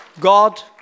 God